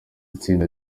itsinda